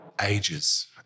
ages